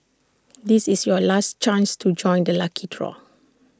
this is your last chance to join the lucky draw